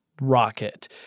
rocket